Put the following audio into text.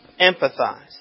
Empathize